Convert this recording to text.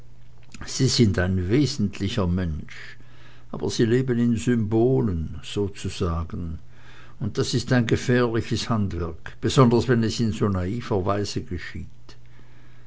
sie sind ein wesentlicher mensch aber sie leben in symbolen sozusagen und das ist ein gefährliches handwerk besonders wenn es in so naiver weise geschieht